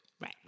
Right